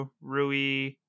Rui